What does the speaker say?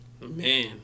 Man